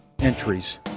entries